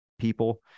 people